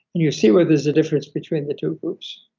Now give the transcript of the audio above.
and you see where there's a difference between the two groups.